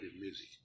music